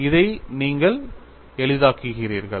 இதை நீங்கள் எளிதாக்குகிறீர்கள்